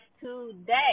today